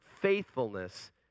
faithfulness